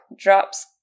drops